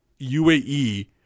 UAE